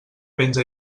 penja